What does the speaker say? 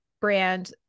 brand